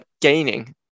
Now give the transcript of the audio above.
gaining